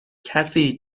کسی